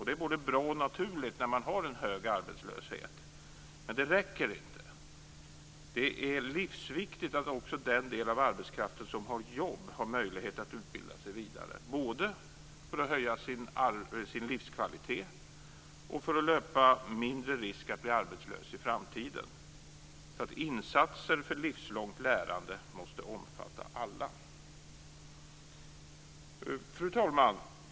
Det är både bra och naturligt när man har en hög arbetslöshet. Men det räcker inte. Det är livsviktigt att också den del av arbetskraften som har jobb har möjlighet att utbilda sig vidare både för att höja sin livskvalitet och för att löpa mindre risk att blir arbetslös i framtiden. Insatsen för livslångt lärande måste omfatta alla. Fru talman!